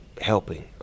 helping